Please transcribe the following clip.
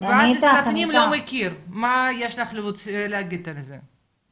ואז משרד הפנים לא מכיר, מה יש לך להגיד על זה?